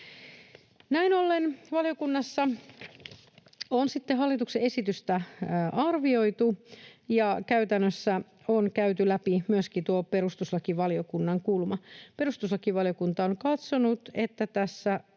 Näin ollen valiokunnassa on sitten hallituksen esitystä arvioitu ja käytännössä on käyty läpi myöskin tuo perustuslakivaliokunnan kulma. Perustuslakivaliokunta on katsonut, että tässä